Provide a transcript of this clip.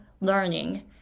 learning